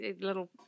little